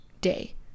day